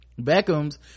beckham's